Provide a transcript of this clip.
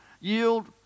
yield